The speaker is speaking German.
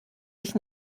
dich